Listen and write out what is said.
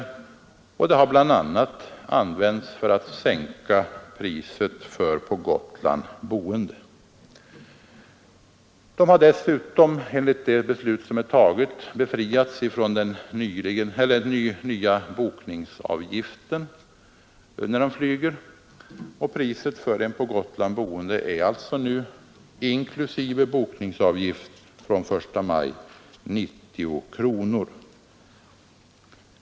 De pengarna har bl.a. använts för att sänka priset för på Gotland boende, som dessutom — enligt fattat beslut — är befriade från den nya bokningsavgiften när de flyger. Priset för en på Gotland boende är alltså från den 1 maj, inklusive bokningsavgift, 90 kronor.